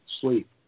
sleep